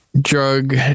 drug